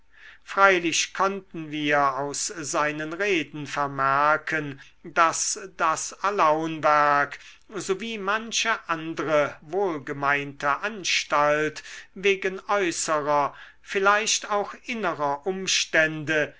freilich konnten wir aus seinen reden vermerken daß das alaunwerk sowie manche andre wohlgemeinte anstalt wegen äußerer vielleicht auch innerer umstände